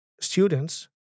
students